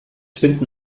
finden